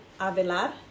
Avelar